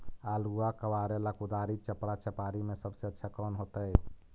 आलुआ कबारेला कुदारी, चपरा, चपारी में से सबसे अच्छा कौन होतई?